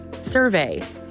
survey